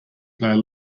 player